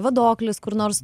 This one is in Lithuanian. vadoklis kur nors